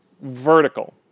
vertical